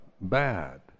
bad